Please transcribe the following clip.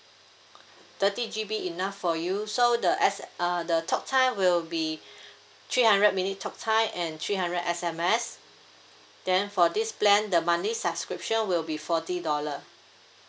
thirty G_B enough for you so the S uh the talk time will be three hundred minute talk time and three hundred S_M_S then for this plan the monthly subscription will be forty dollar